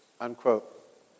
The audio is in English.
unquote